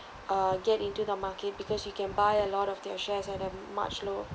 uh get into the market because you can buy a lot of their shares at a much lower